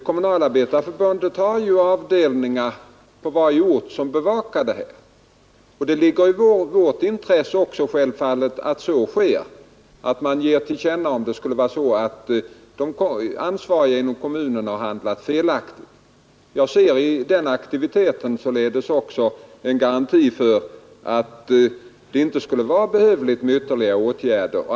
Kommunalarbetareförbundet har ju avdelningar på varje ort som bevakar situationen. Självfallet ligger det också i vårt intresse att man ger till känna om de ansvariga inom en kommun har handlat felaktigt. Jag ser i den aktiviteten således även en garanti för att det inte skulle vara behövligt med ytterligare åtgärder.